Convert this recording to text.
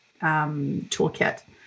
toolkit